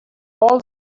all